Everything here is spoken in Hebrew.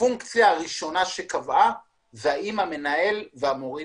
הפונקציה הראשונה שקבעה הייתה האם המנהל והמורים